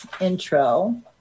intro